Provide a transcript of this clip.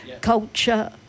culture